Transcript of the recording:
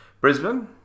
Brisbane